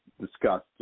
discussed